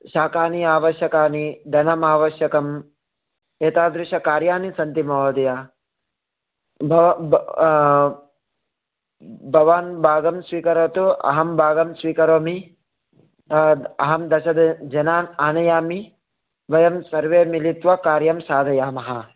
शाकानि आवश्यकानि धनम् आवश्यकम् एतादृशकार्यानि सन्ति महोदय भवान् भागं स्वीकरोतु अहं भागं स्वीकरोमि अहं दश जनान् आनयामि वयं सर्वे मिलित्वा कार्यं साधयामः